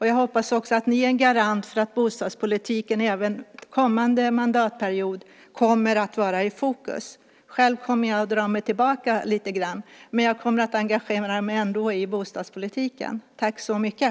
Jag hoppas också att ni är en garant för att bostadspolitiken kommer att vara i fokus även den kommande mandatperioden. Själv kommer jag att dra mig tillbaka lite grann, men jag kommer ändå att engagera mig i bostadspolitiken. Tack så mycket!